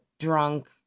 drunk